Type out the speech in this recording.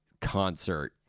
concert